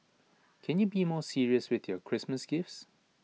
can you be more serious with your Christmas gifts